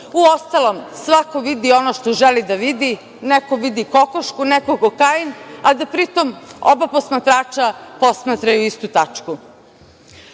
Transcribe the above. Uostalom, svako vidi ono što želi da vidi, neko vidi kokošku, neko kokain, a da pri tome oba posmatrača posmatraju istu tačku. Kada